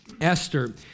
Esther